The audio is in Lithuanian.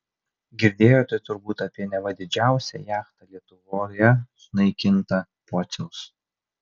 girdėjote turbūt apie neva didžiausią jachtą lietuvoje sunaikintą pociaus